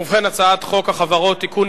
את הצעת חוק החברות (תיקון,